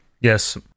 yes